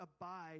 abide